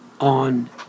on